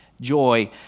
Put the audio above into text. joy